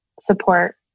support